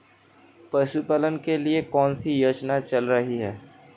पशुपालन के लिए कौन सी योजना चल रही है?